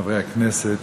חברי הכנסת,